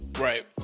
Right